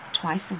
twice